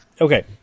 Okay